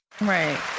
Right